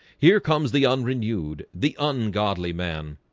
here comes the unrenewed the ungodly man.